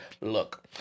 look